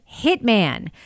Hitman